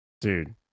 Dude